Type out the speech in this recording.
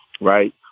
right